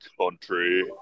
Country